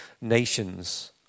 Nations